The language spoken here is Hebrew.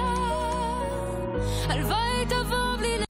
חברי הכנסת אפרת רייטן מרום ויואב סגלוביץ'